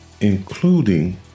including